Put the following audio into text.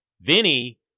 Vinny